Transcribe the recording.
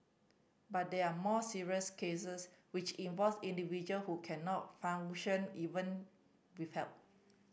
but there are more serious cases which involves individual who cannot even with help